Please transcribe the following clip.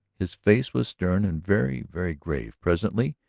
his face was stern and very, very grave. presently,